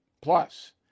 Plus